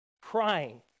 crying